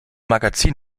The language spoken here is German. magazin